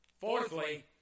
Fourthly